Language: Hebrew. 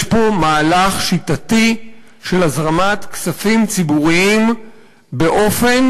יש פה מהלך שיטתי של הזרמת כספים ציבוריים באופן